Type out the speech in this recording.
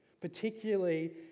particularly